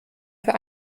für